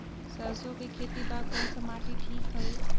सरसो के खेती बार कोन सा माटी ठीक हवे?